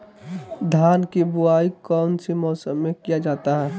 धान के बोआई कौन सी मौसम में किया जाता है?